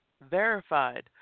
verified